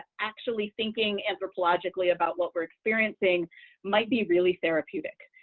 actually thinking anthropologically about what we're experiencing might be really therapeutic.